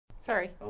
Sorry